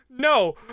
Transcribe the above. No